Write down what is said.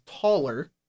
taller